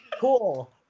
cool